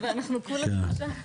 ואנחנו כולה שלושה.